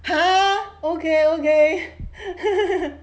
!huh! okay okay